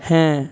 হ্যাঁ